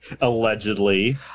allegedly